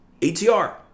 ATR